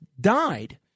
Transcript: died